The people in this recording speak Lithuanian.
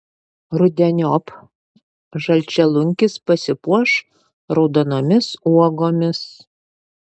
rudeniop žalčialunkis pasipuoš raudonomis uogomis